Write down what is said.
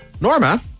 Norma